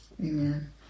Amen